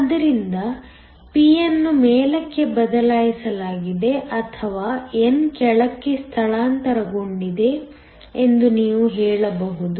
ಆದ್ದರಿಂದ p ಅನ್ನು ಮೇಲಕ್ಕೆ ಬದಲಾಯಿಸಲಾಗಿದೆ ಅಥವಾ n ಕೆಳಕ್ಕೆ ಸ್ಥಳಾಂತರಗೊಂಡಿದೆ ಎಂದು ನೀವು ಹೇಳಬಹುದು